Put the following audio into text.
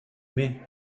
mai